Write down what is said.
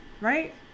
right